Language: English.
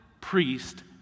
priest